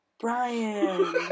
Brian